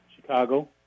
Chicago